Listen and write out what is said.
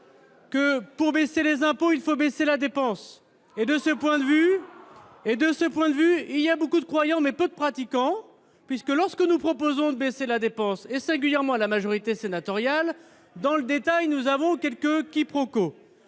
que, pour baisser les impôts, il faut baisser la dépense. Or, de ce point de vue, il y a beaucoup de croyants, mais peu de pratiquants. En effet, quand nous proposons de baisser la dépense, singulièrement à la majorité sénatoriale, il y a quelques quiproquos,